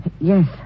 Yes